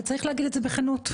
וצריך להגיד את זה בכנות.